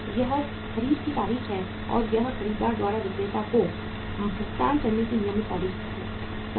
यह खरीद की तारीख है और यह खरीदार द्वारा विक्रेता को भुगतान करने की नियत तारीख है समाप्त